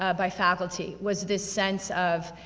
ah by faculty, was this sense of,